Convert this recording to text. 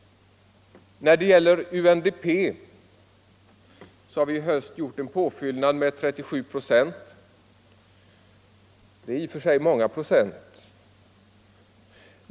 När det gäller UNDP har vi i höst gjort en påfyllnad med 37 procent. Det är i och för sig många procent.